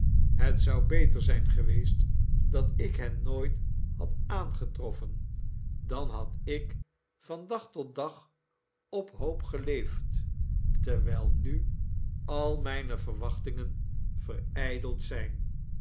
het zou beter zijn geweest dat ik hen nooit had aangetroffen dan had ik van dag tot dag op hoop geleefd terwijl nu al mijne verwachtingen verijdeld zijn